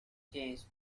changed